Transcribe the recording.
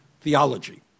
theology